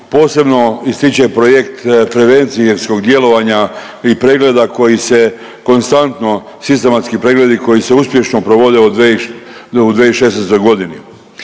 posebno ističe projekt prevencijskog djelovanja i pregleda koji se konstantno, sistematski pregledi koji se uspješno provode od u 2016. godini.